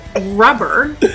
rubber